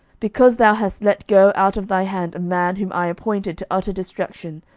because thou hast let go out of thy hand a man whom i appointed to utter destruction,